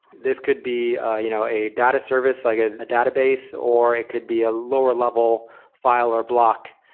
this could be a you know a data service, like ah a database, or it could be a lower level file or block.